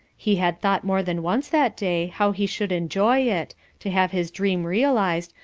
he had thought more than once that day how he should enjoy it to have his dream realized,